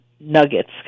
nuggets